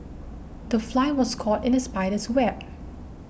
the fly was caught in the spider's web